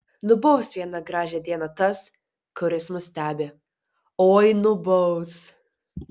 nubaus vieną gražią dieną tas kuris mus stebi oi nubaus